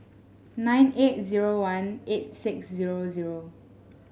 nine eight zero one eight six zero zero